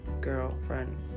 girlfriend